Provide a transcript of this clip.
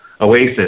Oasis